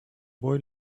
boy